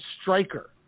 striker